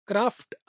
Craft